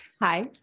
Hi